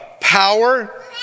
power